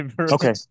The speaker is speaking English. Okay